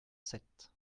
sept